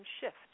shift